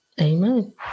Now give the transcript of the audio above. amen